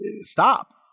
stop